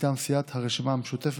מטעם סיעת הרשימה המשותפת.